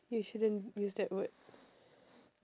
you shouldn't use that word